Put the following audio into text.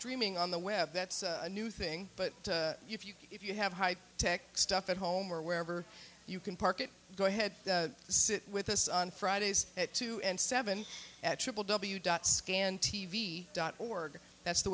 streaming on the web that's a new thing but if you if you have high tech stuff at home or wherever you can park it go ahead sit with us on fridays at two and seven at triple w dot scan t v dot org that's the